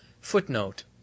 footnote